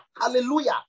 Hallelujah